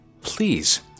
Please